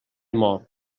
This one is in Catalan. mor